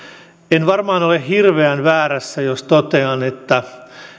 en varmaan ole hirveän väärässä jos totean että